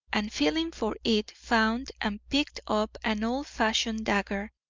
and feeling for it, found and picked up an old-fashioned dagger,